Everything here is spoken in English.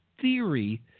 theory